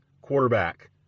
quarterback